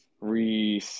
re